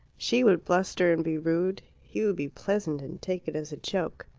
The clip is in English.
she would bluster and be rude he would be pleasant and take it as a joke.